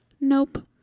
Nope